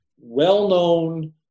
well-known